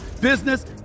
business